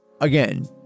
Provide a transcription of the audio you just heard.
again